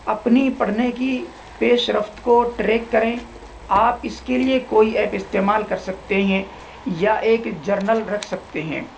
اپنی پڑھنے کی پیش رفت کو ٹریک کریں آپ اس کے لیے کوئی ایپ استعمال کر سکتے ہیں یا ایک جرنل رکھ سکتے ہیں